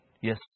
Yes